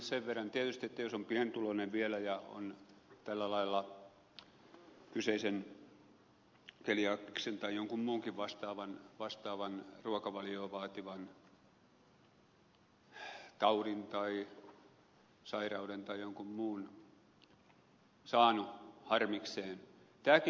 sen verran tietysti että paha on jos on pienituloinen vielä ja on tällä lailla kyseisen keliakian tai muunkin vastaavan ruokavaliota vaativan taudin tai sairauden tai jonkun muun saanut harmikseen